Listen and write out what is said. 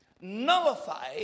nullify